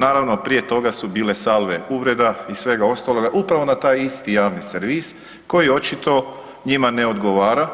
Naravno, prije toga su bile salve uvreda i svega ostaloga upravo na taj isti javni servis koji očito njima ne odgovara